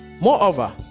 moreover